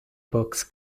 books